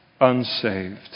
unsaved